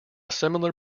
similar